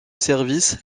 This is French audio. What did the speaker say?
service